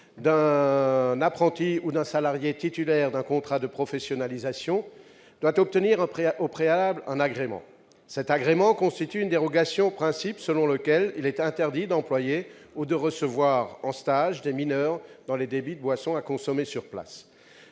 d'un apprenti ou d'un salarié titulaire d'un contrat de professionnalisation, doit obtenir au préalable un agrément. Cet agrément constitue une dérogation au principe selon lequel il est interdit d'employer ou de recevoir en stage des mineurs dans les débits de boissons à consommer sur place.